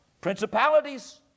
principalities